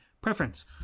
preference